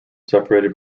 separated